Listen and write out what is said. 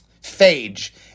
Phage